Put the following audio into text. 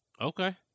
Okay